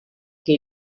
que